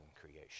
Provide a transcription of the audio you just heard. creation